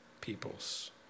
people's